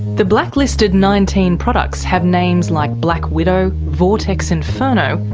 the blacklisted nineteen products have names like black widow, vortex inferno,